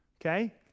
Okay